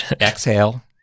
Exhale